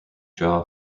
jaw